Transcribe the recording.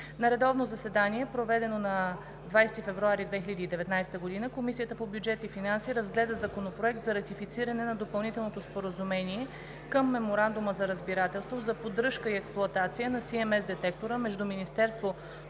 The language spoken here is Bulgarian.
На редовно заседание, проведено на 20 февруари 2019 г., Комисията по бюджет и финанси разгледа Законопроект за ратифициране на Допълнителното споразумение към Меморандума за разбирателство за поддръжка и експлоатация на CMS детектора между Министерството